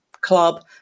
club